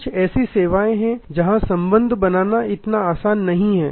कुछ ऐसी सेवाएँ हैं जहाँ संबंध बनाना इतना आसान नहीं है